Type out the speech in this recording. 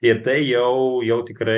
ir tai jau jau tikrai